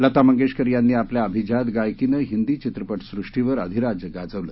लता मंगेशकर यांनी आपल्या अभिजात गायकीने हिंदी चित्रपट सुष्टीवर अधिराज्य गाजवले